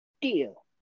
Deal